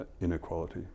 inequality